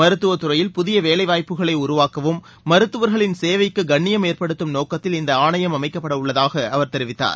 மருத்துவ துறையில் புதிய வேலைவாய்ப்புகளை உருவாக்கவும் மருத்துவர்களின் சேவைக்கு கண்ணியம் ஏற்படுத்தும் நோக்கத்தில் இந்த ஆணையம் அமைக்கப்படவுள்ளதாக அவர் தெரிவித்தார்